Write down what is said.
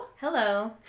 Hello